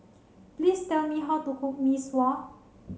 please tell me how to cook Mee Sua